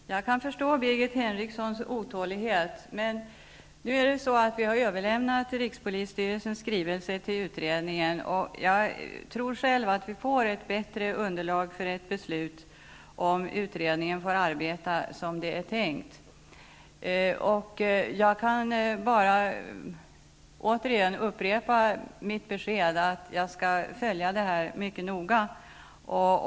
Fru talman! Jag kan förstå Birgit Henrikssons otålighet. Vi har överlämnat rikspolisstyrelsens skrivelse till utredningen. Jag tror själv att vi får ett bättre underlag för beslut om utredningen får arbeta som det är tänkt. Jag kan upprepa mitt besked igen. Jag skall följa ärendet noga.